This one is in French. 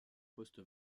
postes